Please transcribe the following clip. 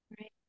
Right